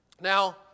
Now